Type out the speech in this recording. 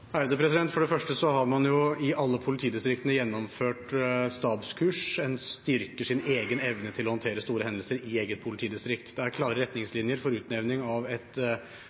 For det første har man i alle politidistriktene gjennomført stabskurs, en styrker sin egen evne til å håndtere store hendelser i eget politidistrikt. Det er klare retningslinjer for utnevning av et